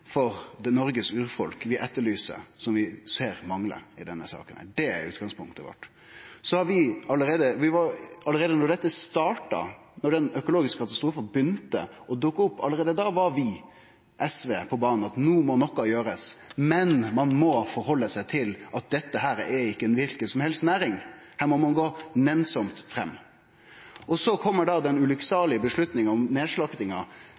respekten for Noregs urfolk vi etterlyser, og som vi ser manglar i denne saka. Det er utgangspunktet vårt. Allereie da dette starta, da den økologiske katastrofen dukka opp, var vi i SV på banen med at noko måtte gjerast. Men ein må ta omsyn til at dette er ikkje kva næring som helst, her må ein gå nennsamt fram. Og så kjem den ulukksalige avgjerda om